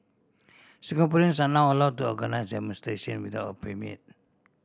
Singaporeans are now allow to organise demonstration without a permit